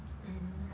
mm